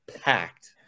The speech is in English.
Packed